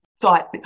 thought